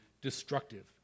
destructive